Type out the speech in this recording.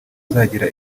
azagira